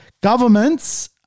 governments